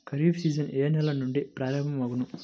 Kharif season ఏ నెల నుండి ప్రారంభం అగును?